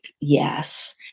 yes